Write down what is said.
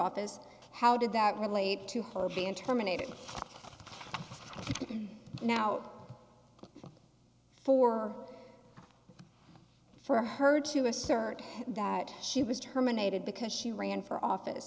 office how did that relate to her band terminated now for for her to assert that she was terminated because she ran for office